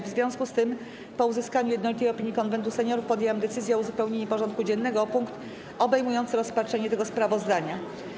W związku z tym, po uzyskaniu jednolitej opinii Konwentu Seniorów, podjęłam decyzję o uzupełnieniu porządku dziennego o punkt obejmujący rozpatrzenie tego sprawozdania.